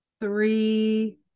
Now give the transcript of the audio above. three